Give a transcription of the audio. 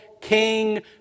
king